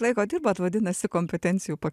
laiko dirbat vadinasi kompetencijų pa